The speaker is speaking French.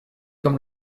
comme